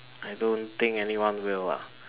I don't think anyone will lah